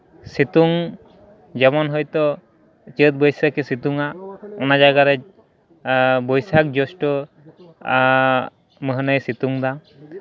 ᱥᱤᱛᱩᱝ ᱡᱮᱢᱚᱱ ᱦᱚᱭᱛᱳ ᱪᱟᱹᱛ ᱵᱟᱹᱭᱥᱟᱹᱠᱷᱮ ᱥᱤᱛᱩᱝᱼᱟ ᱚᱱᱟ ᱡᱟᱭᱜᱟᱨᱮ ᱵᱳᱭᱥᱟᱠᱷ ᱡᱳᱥᱴᱷᱚ ᱢᱟᱹᱦᱱᱟᱹ ᱥᱤᱛᱩᱝᱫᱟ